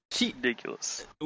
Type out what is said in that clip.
Ridiculous